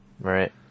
Right